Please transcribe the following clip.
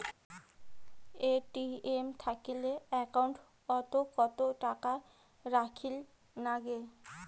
ATM থাকিলে account ওত কত টাকা রাখীর নাগে?